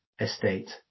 estate